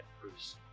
Bruce